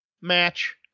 match